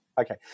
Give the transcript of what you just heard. Okay